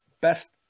best